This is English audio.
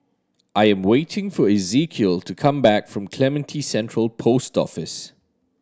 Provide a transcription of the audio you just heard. I'm waiting for Ezequiel to come back from Clementi Central Post Office